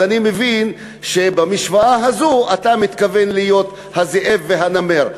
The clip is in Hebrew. אז אני מבין שבמשוואה הזו אתה מתכוון להיות הזאב והנמר.